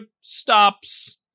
stops